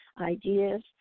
ideas